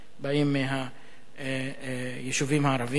באים מהיישובים הערביים.